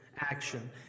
Action